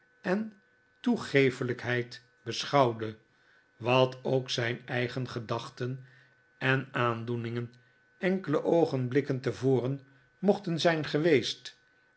en toegeeflijkheid beschouwde wat ook zijn eigen gedachten en aandoeningen enkele oogenblikken tevoren mochten zijn geweest